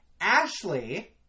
Ashley